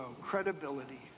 credibility